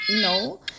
no